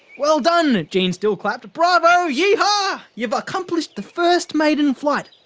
well done jean still clapped bravo, yee-ha! ah you've accomplished the first maiden flight.